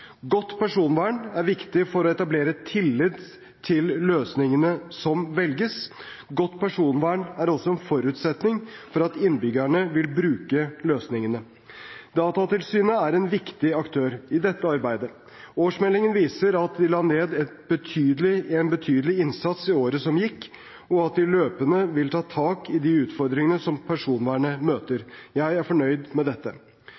Godt personvern er viktig for å etablere tillit til løsningene som velges. Godt personvern er også en forutsetning for at innbyggerne vil bruke løsningene. Datatilsynet er en viktig aktør i dette arbeidet. Årsmeldingen viser at de la ned en betydelig innsats i året som gikk, og at de løpende vil ta tak i de utfordringene som personvernet møter. Jeg er fornøyd med dette.